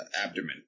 abdomen